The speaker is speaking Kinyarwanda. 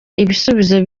ibisubizo